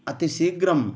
अतिशीघ्रं